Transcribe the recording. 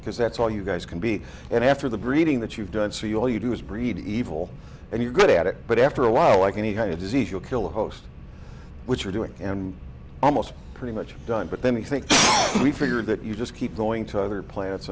because that's all you guys can be and after the greeting that you've done so you all you do is breed evil and you're good at it but after a while like any kind of disease you'll kill a host which you're doing and almost pretty much done but then we think we figured that you just keep going to other planets